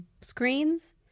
screens